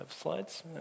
slides